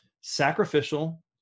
Sacrificial